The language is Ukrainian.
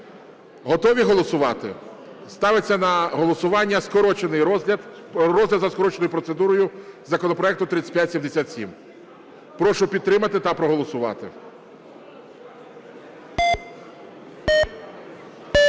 Готові голосувати? Ставиться на голосування розгляд за скороченою процедурою законопроекту 3577. Прошу підтримати та проголосувати.